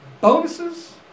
Bonuses